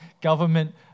Government